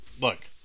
Look